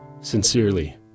Sincerely